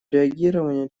реагирования